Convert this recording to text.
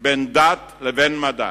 בין דת לבין מדע.